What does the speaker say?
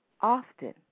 Often